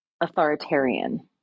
authoritarian